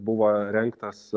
buvo rengtas